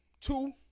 Two